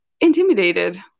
intimidated